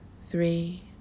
three